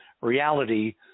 reality